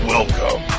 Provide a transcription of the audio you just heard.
Welcome